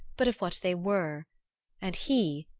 but of what they were and he,